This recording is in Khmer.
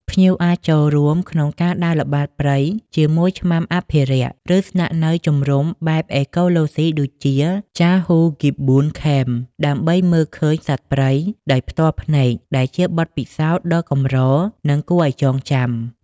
ភ្ញៀវអាចចូលរួមក្នុងការដើរល្បាតព្រៃជាមួយឆ្មាំអភិរក្ស ឬស្នាក់នៅជំរុំបែបអេកូឡូស៊ីដូចជា ចាហ៊ូ ហ្គីបប៊ូន ឃេម Jahoo Gibbon Camp ដើម្បីមើលឃើញសត្វព្រៃដោយផ្ទាល់ភ្នែក ដែលជាបទពិសោធន៍ដ៏កម្រនិងគួរឱ្យចងចាំ។